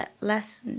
less